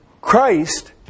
Christ